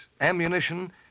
Ammunition